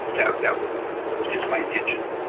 that that was just my intention.